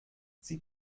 sie